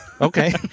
Okay